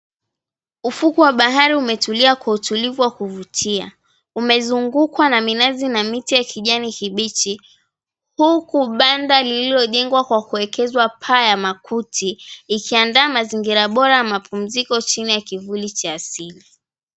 Ufukwe wa bahari umetulia kwa utulivu wa kuvutia. Umezungukwa na minazi na miti ya kijani kibichi huku banda lililojengwa kwa kuwekezwa paa ya makuti ikiandaa mazingira bora ya mapumziko chini ya kivuli cha asili.